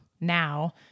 now